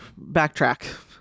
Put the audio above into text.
backtrack